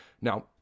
Now